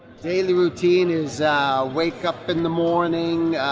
daily routine is wake up in the morning,